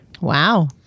Wow